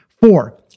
Four